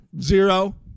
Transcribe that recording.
Zero